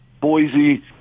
Boise